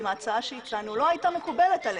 ההצעה שהצענו לא הייתה מקובלת עליהם.